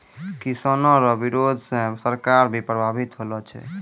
किसानो रो बिरोध से सरकार भी प्रभावित होलो छै